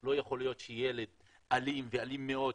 לא ייתכן שילד אלים ואלים מאוד,